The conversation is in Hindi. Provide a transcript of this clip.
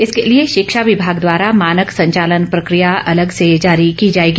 इसके लिए शिक्षा विभाग द्वारा मानक संचालन प्रक्रिया अलग से जारी कीँ जाएगी